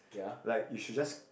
like you should just